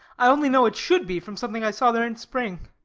i only know it should be, from something i saw there in spring.